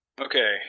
okay